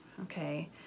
okay